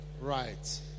Right